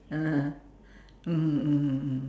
(uh huh) mmhmm mmhmm mm